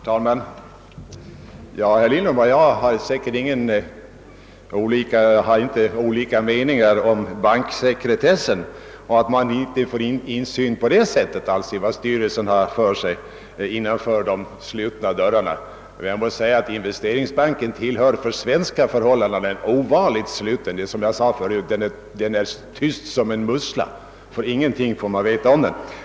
Herr talman! Herr Lindholm och jag har säkerligen inte olika meningar om banksekretessen; man får inte insyn i vad en styrelse har för sig innanför de slutna dörrarna. Investeringsbanken är emellertid en även för svenska förhållanden ovanligt sluten bank — den är, som jag sade förut, tyst som ett ostron och ingenting får man veta om den.